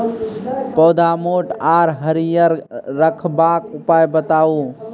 पौधा मोट आर हरियर रखबाक उपाय बताऊ?